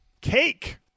Cake